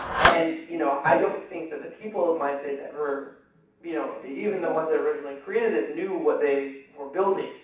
and you know i don't think that the people at myspace ever you know even the ones that originally created it knew what they were building,